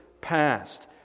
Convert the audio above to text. past